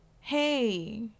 hey